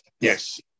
yes